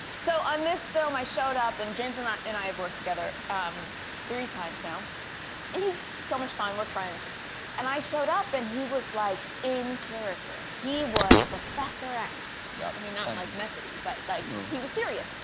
so on this film i showed up and james. i'm not and i have worked together three times now and he's so much fun we're friends and i showed up and he was like in character. he was professor x yeah, i mean not like method ii but like he was serious.